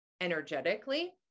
energetically